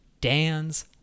Dan's